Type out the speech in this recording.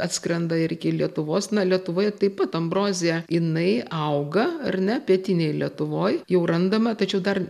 atskrenda ir iki lietuvos na lietuvoje taip pat ambrozija inai auga ar ne pietinėj lietuvoj jau randama tačiau dar